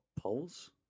polls